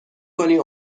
کنی